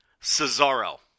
Cesaro